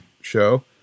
show